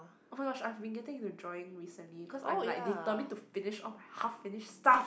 oh-my-gosh I have been getting into drawing recently cause I'm like determined to finish off half finished stuff